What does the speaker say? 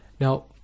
Now